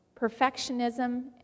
perfectionism